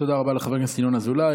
תודה רבה לחבר הכנסת ינון אזולאי.